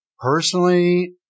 Personally